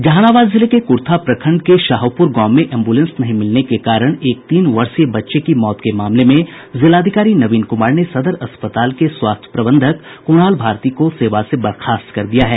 जहानाबाद जिले के कुरथा प्रखंड के शाहोपुर गांव में एम्बुलेंस नहीं मिलने के कारण एक तीन वर्षीय बच्चे की मौत के मामले में जिलाधिकारी नवीन कुमार ने सदर अस्पताल के स्वास्थ्य प्रबंधक कुणाल भारती को सेवा से बर्खास्त कर दिया है